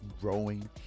growing